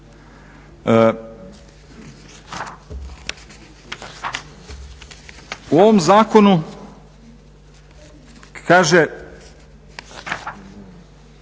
U ovom zakonu kaže